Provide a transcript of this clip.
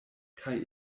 kaj